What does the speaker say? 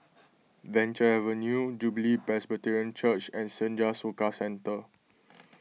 Venture Avenue Jubilee Presbyterian Church and Senja Soka Centre